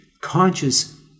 conscious